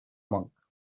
monk